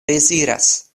deziras